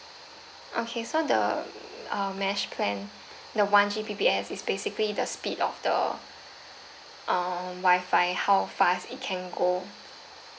okay so the uh mesh plan the one G_B_P_S is basically the speed of the uh Wi-Fi how fast it can go